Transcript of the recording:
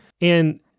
And-